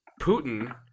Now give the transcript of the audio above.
Putin